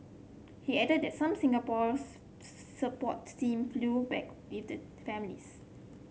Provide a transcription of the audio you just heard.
he added that some Singapore's support team flew back with the families